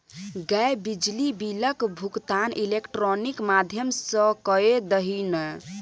गै बिजली बिलक भुगतान इलेक्ट्रॉनिक माध्यम सँ कए दही ने